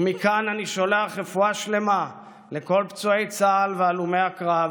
ומכאן אני שולח רפואה שלמה לכל פצועי צה"ל והלומי הקרב